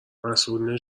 مسئولین